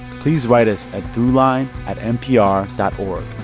please write us at throughline at npr dot